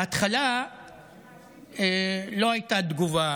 בהתחלה לא הייתה תגובה,